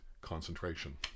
concentration